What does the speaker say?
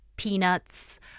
Peanuts